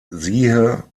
siehe